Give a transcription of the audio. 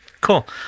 Cool